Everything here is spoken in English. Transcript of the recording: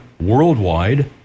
worldwide